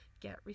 get